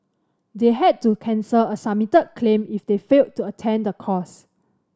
they had to cancel a submitted claim if they failed to attend the course